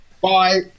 bye